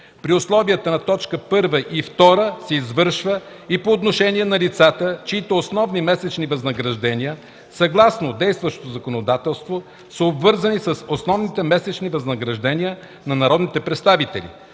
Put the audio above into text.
при условията на т. 1 и 2 се извършва и по отношение на лицата, чиито основни месечни възнаграждения, съгласно действащото законодателство, са обвързани с основните месечни възнаграждения на народните представители,